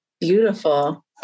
Beautiful